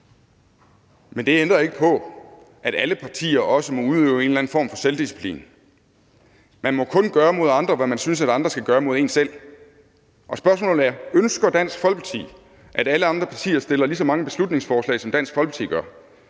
Men det ændrer ikke på, at alle partier også må udøve en eller anden form for selvdisciplin. Man må kun gøre mod andre, hvad man synes andre skal gøre mod en selv, og spørgsmålet er: Ønsker Dansk Folkeparti, at alle andre partier fremsætter lige så mange beslutningsforslag, som Dansk Folkeparti gør?